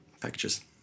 packages